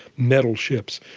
metal ships,